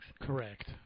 Correct